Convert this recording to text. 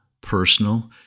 personal